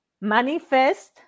manifest